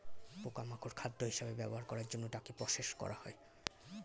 পোকা মাকড় খাদ্য হিসেবে ব্যবহার করার জন্য তাকে প্রসেস করা হয়